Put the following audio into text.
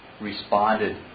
responded